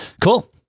Cool